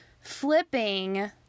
flipping